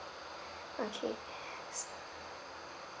okay so